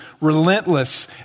relentless